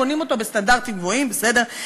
בונים אותו בסטנדרטים גבוהים, בסדר.